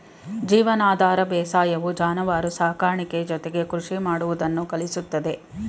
ಜೀವನಾಧಾರ ಬೇಸಾಯವು ಜಾನುವಾರು ಸಾಕಾಣಿಕೆ ಜೊತೆಗೆ ಕೃಷಿ ಮಾಡುವುದನ್ನು ಕಲಿಸುತ್ತದೆ